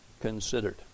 considered